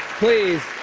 please